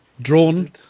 Drawn